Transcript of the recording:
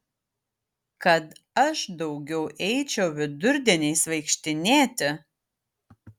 kad aš daugiau eičiau vidurdieniais vaikštinėti